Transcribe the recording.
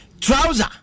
trouser